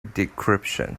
decryption